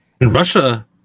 Russia